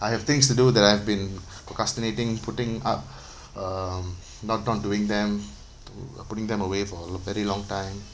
I have things to do that I've been procrastinating putting up um not done doing them uh putting them away for a very long time